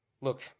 Look